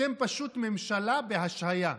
אתם פשוט ממשלה בהשעיה.